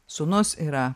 sūnus yra